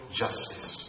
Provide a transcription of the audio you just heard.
justice